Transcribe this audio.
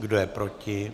Kdo je proti?